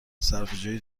صرفهجویی